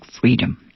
freedom